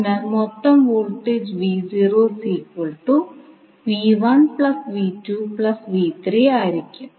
അതിനാൽ മൊത്തം വോൾട്ടേജ് ആയിരിക്കും